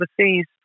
overseas